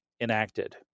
enacted